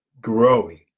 growing